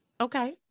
okay